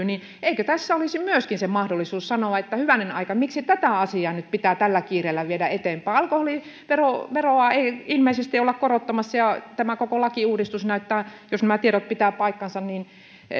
niin eikö tässä olisi myöskin mahdollisuus sanoa että hyvänen aika miksi tätä asiaa nyt pitää tällä kiireellä viedä eteenpäin alkoholiveroa ei ilmeisesti olla korottamassa ja tämä koko lakiuudistus näyttää jos nämä tiedot pitävät paikkansa